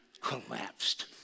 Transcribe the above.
collapsed